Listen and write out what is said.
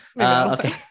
Okay